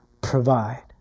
provide